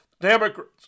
Democrats